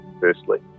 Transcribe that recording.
firstly